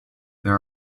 there